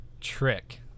trick